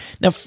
Now